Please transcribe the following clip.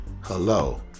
Hello